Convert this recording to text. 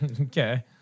okay